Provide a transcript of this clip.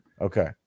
Okay